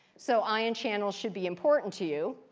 so ion channels should be important to you.